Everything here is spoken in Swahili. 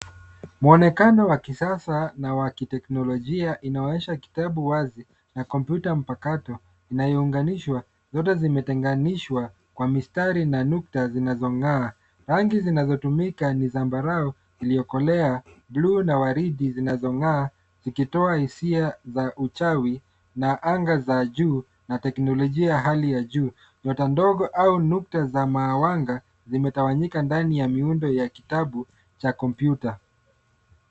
Muonekano wa kisasa na wa kiteknolojia inaonyesha kitabu wazi na kompyuta mpakato inayounganishwa. Zote zimetenganishwa kwa mistari na nukta zinazong'aa. Rangi zinazotumika ni zambarau iliyokolea, buluu na waridi zinazong'aa, zikitoa hisia za uchawi na anga za juu na teknolojia ya hali ya juu. Nyota ndogo au nukta za mawanga zimetawanyika ndani ya miundo ya kitabu cha kompyuta.